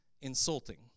insulting